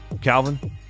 Calvin